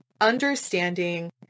understanding